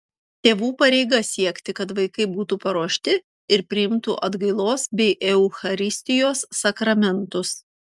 tėvų pareiga siekti kad vaikai būtų paruošti ir priimtų atgailos bei eucharistijos sakramentus